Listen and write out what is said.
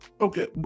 Okay